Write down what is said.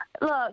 Look